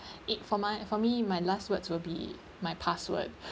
it for my for me my last words will be my password